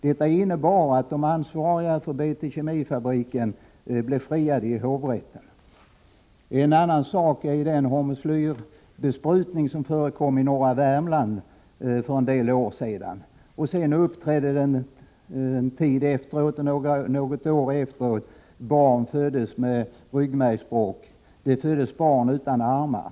Detta innebar att de ansvariga för BT-Kemi-fabriken blev friade i hovrätten. Ett annat exempel gäller den hormoslyrbesprutning som förekom i norra Värmland för en del år sedan. Något år efteråt förekom det att barn föddes med ryggmärgsbrock, och det föddes barn utan armar.